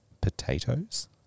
potatoes